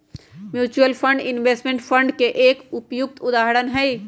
mutual fund investment fund के एक उपयुक्त उदाहरण हई